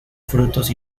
frutos